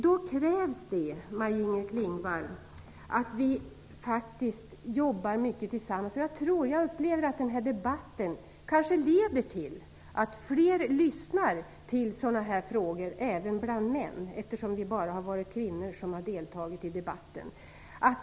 Då krävs det, Maj-Inger Klingvall, att vi jobbar mycket tillsammans. Jag tror att den här debatten kanske kan leda till att fler lyssnar till dessa frågor även bland männen. Det har ju bara varit kvinnor som har deltagit i debatten här.